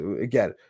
Again